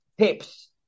tips